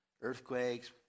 earthquakes